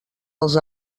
els